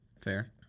Fair